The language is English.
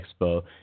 expo